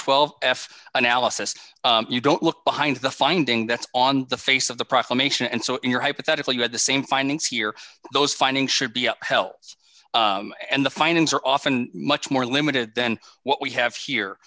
twelve f analysis you don't look behind the finding that's on the face of the proclamation and so in your hypothetical you have the same findings here those findings should be hell and the findings are often much more limited than what we have here